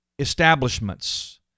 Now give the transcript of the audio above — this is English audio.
establishments